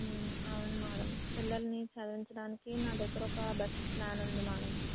అవును మేడమ్ పిల్లల్ని చదివించడానికి నా దగ్గర ఒక బెస్ట్ ప్లాన్ ఉంది మేడమ్